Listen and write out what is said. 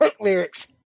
lyrics